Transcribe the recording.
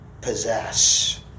possess